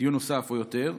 דיון נוסף או יותר,